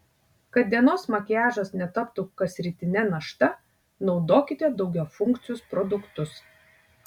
kad dienos makiažas netaptų kasrytine našta naudokite daugiafunkcius produktus